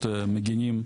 מגינים,